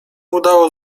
udało